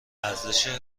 ارزش